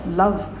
love